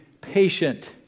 patient